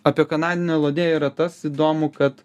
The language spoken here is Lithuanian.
apie kanadinę elodėją yra tas įdomu kad